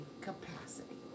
capacity